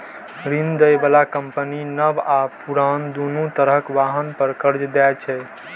ऋण दै बला कंपनी नव आ पुरान, दुनू तरहक वाहन पर कर्ज दै छै